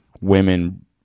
women